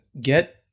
get